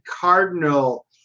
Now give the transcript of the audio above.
Cardinal